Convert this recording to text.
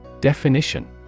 definition